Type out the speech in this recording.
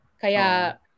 Kaya